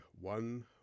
one